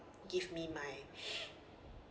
give me my